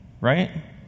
right